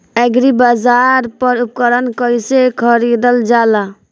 एग्रीबाजार पर उपकरण कइसे खरीदल जाला?